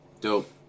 Dope